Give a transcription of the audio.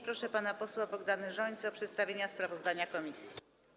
Proszę pana posła Bogdana Rzońcę o przedstawienie sprawozdania komisji.